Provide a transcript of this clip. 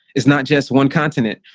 it's not just one continent,